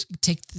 take